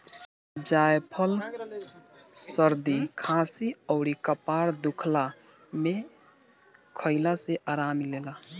जायफल सरदी खासी अउरी कपार दुखइला में खइला से आराम मिलेला